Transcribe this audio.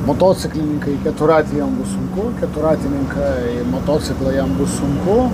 motociklininkai keturratį jiem bus sunkoki keturratininkai motociklą jam bus sunku